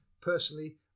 Personally